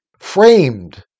framed